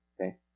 Okay